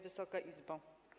Wysoka Izbo!